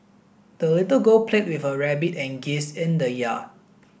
the little girl played with her rabbit and geese in the yard